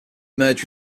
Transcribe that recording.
merged